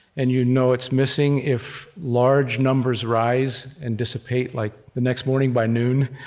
and you know it's missing if large numbers rise and dissipate like the next morning by noon.